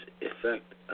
effect